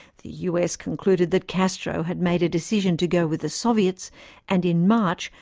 the us concluded that castro had made a decision to go with the soviets and in march,